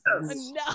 No